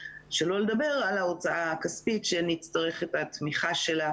שלא לדבר על ההוצאה הכספית שנצטרך את התמיכה שלה,